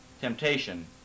temptation